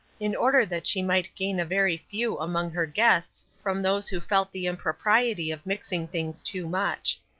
in order that she might gain a very few among her guests from those who felt the impropriety of mixing things too much.